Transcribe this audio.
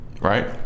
right